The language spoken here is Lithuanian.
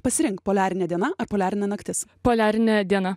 pasirink poliarinė diena ar poliarinė naktis poliarinė diena